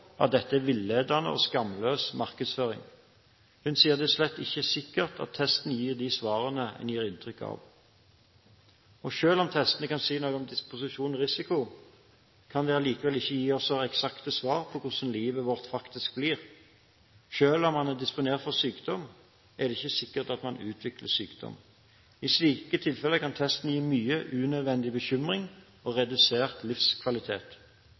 er villedende og skamløs markedsføring.» Hun sier det slett ikke er sikkert at testen gir de svarene en gir inntrykk av, og selv om testene kan si noe om disposisjon og risiko, kan de allikevel ikke gi oss eksakte svar på hvordan livet vårt faktisk blir. Selv om man er disponert for sykdom, er det ikke sikkert at man utvikler sykdom. I slike tilfeller kan testen gi mye unødvendig bekymring og redusert livskvalitet.